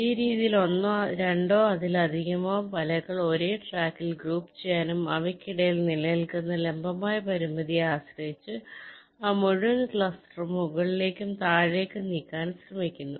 ഈ രീതിയിൽ രണ്ടോ അതിലധികമോ വലകൾ ഒരേ ട്രാക്കിൽ ഗ്രൂപ്പുചെയ്യാനും അവയ്ക്കിടയിൽ നിലനിൽക്കുന്ന ലംബമായ പരിമിതിയെ ആശ്രയിച്ച് ആ മുഴുവൻ ക്ലസ്റ്ററും മുകളിലേക്കും താഴേക്കും നീക്കാനും ശ്രമിക്കുന്നു